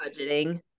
budgeting